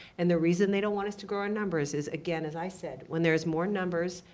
and the reason they don't want us to grow our numbers is, again, as i said, when there's more numbers,